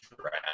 draft